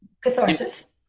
catharsis